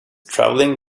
traveling